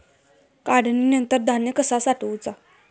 काढणीनंतर धान्य कसा साठवुचा?